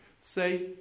Say